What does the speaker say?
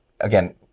again